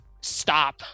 stop